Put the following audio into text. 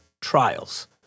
trials